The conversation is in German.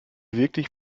wirklich